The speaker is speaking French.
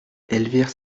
elvire